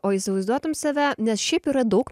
o įsivaizduotum save nes šiaip yra daug